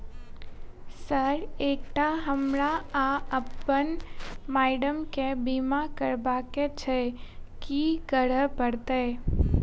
Sir एकटा हमरा आ अप्पन माइडम केँ बीमा करबाक केँ छैय की करऽ परतै?